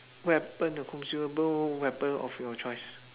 weapon a consumable weapon of your choices